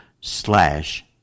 slash